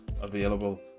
available